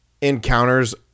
encounters